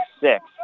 six